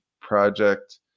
project